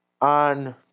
on